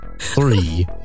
three